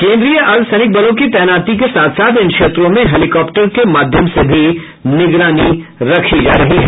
केन्द्रीय अर्द्वसैनिक बलों की तैनाती के साथ साथ इन क्षेत्रों में हेलीकॉप्टर के माध्यम से भी निगरानी रखी जा रही है